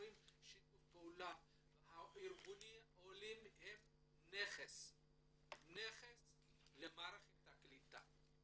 ארגוני העולים הם נכס למערכת הקליטה,